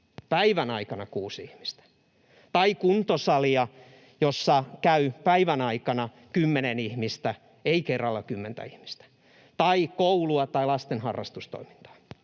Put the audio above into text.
päivän aikana kuusi ihmistä — tai kuntosalia, jossa käy päivän aikana kymmenen ihmistä — ei kerralla kymmentä ihmistä — tai koulua tai lasten harrastustoimintaa.